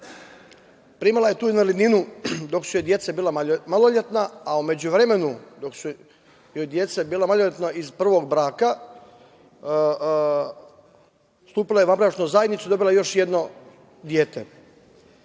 primala je tu invalidninu dok su joj deca bila maloletna, a u međuvremenu, dok su joj deca bila maloletna iz prvog braka, stupila je u vanbračnu zajednicu i dobila još jedno dete.